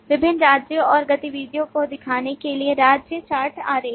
विभिन्न राज्यों और गतिविधियों को दिखाने के लिए राज्य चार्ट आरेख